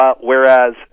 Whereas